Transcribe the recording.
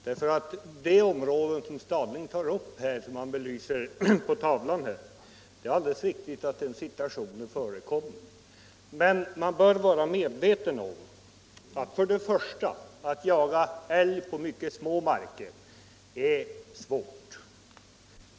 Det är alldeles riktigt att de förhållanden förekommer som herr Stadling har visat på TV-skärmen. Men man bör vara medveten om för det första att det är svårt att jaga älg på mycket små marker.